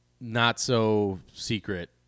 not-so-secret –